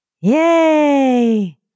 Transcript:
Yay